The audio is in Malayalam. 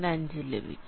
5 ലഭിക്കും